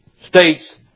states